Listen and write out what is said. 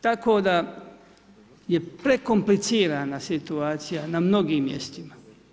Tako da je prekomplicirana situacija na mnogim mjestima.